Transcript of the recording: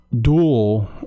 dual